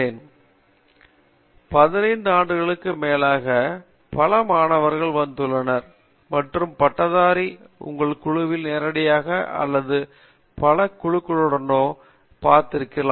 பேராசிரியர் பிரதாப் ஹரிதாஸ் 15 ஆண்டுகளுக்கும் மேலாக பல மாணவர்கள் வந்துள்ளனர் மற்றும் பட்டதாரி உங்கள் குழுவில் நேரடியாகவோ அல்லது பல குழுக்களுடனோ பார்த்திருக்கிறோம்